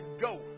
go